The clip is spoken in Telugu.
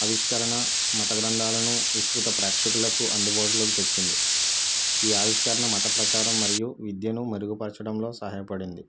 ఆవిష్కరణ మత గ్రంధాలను విసృత ప్రేక్షకులకు అందుబాటులోకి తెచ్చింది ఈ ఆవిష్కరణ మత ప్రచారం మరియు విద్యను మెరుగుపరచడంలో సహాయ పడింది